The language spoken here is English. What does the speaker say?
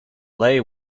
lay